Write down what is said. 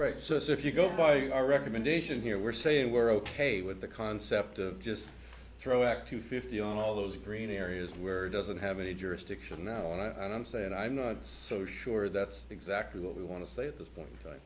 right so if you go by your recommendation here we're saying we're ok with the concept of just throw back to fifty all those green areas where it doesn't have any jurisdiction now and i'm saying i'm not so sure that's exactly what we want to say at this point in time